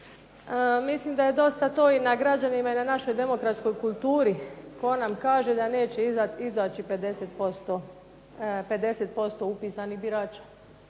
Mislim da je to dosta i na građanima i na našoj demokratskoj kulturi koja nam kaže da neće izaći 50% upisanih birača.